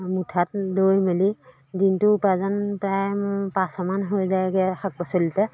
মুঠাত লৈ মেলি দিনটো উপাৰ্জন প্ৰায় মোৰ পাঁচশমান হৈ যায়গৈ শাক পাচলিতে